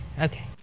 Okay